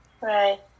Right